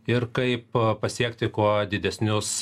ir kaip pasiekti kuo didesnius